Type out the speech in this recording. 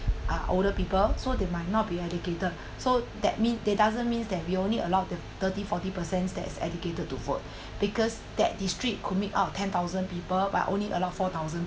are older people so they might not be educated so that means that doesn't means that we only allowed the thirty forty percents that's educated to vote because that district could make out ten thousand people but only allow four thousand